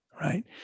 Right